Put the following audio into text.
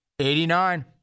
89